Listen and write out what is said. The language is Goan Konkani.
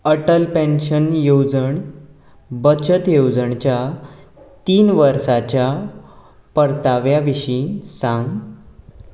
अटल पॅन्शन येवजण बचत येवजणेच्या तीन वर्सांच्या परताव्या विशीं सांग